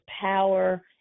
power